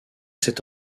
cet